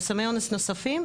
או סמי אונס נוספים,